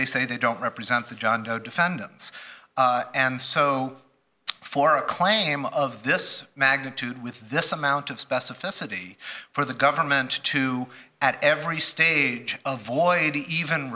they say they don't represent the john doe defendants and so for a claim of this magnitude with this amount of specificity for the government to at every stage of void even